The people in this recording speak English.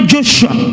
Joshua